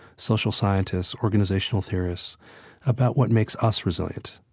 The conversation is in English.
social scientists, organizational theorists about what makes us resilient,